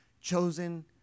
chosen